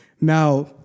Now